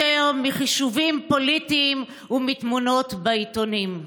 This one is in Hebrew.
מחישובים פוליטיים ומתמונות בעיתונים.